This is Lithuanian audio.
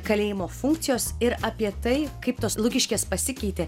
kalėjimo funkcijos ir apie tai kaip tos lukiškės pasikeitė